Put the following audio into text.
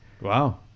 Wow